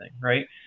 right